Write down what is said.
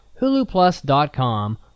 huluplus.com